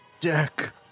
Deck